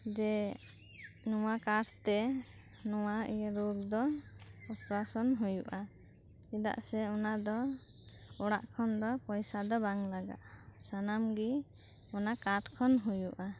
ᱡᱮ ᱱᱚᱶᱟ ᱠᱟᱨᱰᱛᱮ ᱱᱚᱶᱟ ᱤᱭᱟᱹ ᱨᱳᱜᱽ ᱫᱚ ᱚᱯᱟᱨᱮᱥᱚᱱ ᱦᱳᱭᱳᱜᱼᱟ ᱪᱮᱫᱟᱜ ᱥᱮ ᱚᱱᱟ ᱫᱚ ᱚᱲᱟᱜ ᱠᱷᱚᱱ ᱫᱚ ᱯᱚᱭᱥᱟ ᱫᱚ ᱵᱟᱝ ᱞᱟᱜᱟᱜᱼᱟ ᱥᱟᱱᱟᱢ ᱜᱮ ᱚᱱᱟ ᱠᱟᱨᱰ ᱠᱷᱚᱱ ᱦᱳᱭᱳᱜᱼᱟ